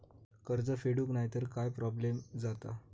कर्ज फेडूक नाय तर काय प्रोब्लेम जाता?